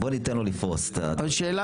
בוא ניתן לו לפרוס את הדברים.